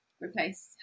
replace